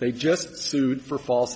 they just sued for false